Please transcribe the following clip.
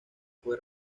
fue